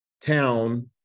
town